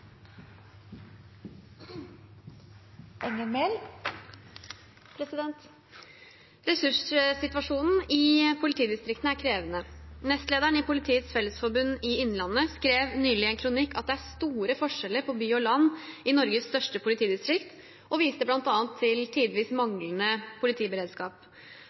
tilhører to land. «Ressurssituasjonen i politidistriktene er krevende. Nestleder i Politiets Fellesforbund Innlandet skrev nylig i en kronikk at det er store forskjeller på by og land i Norges største politidistrikt, og viste blant annet til tidvis manglende politiberedskap.